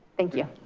thank you.